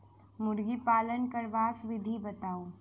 मुर्गी पालन करबाक विधि बताऊ?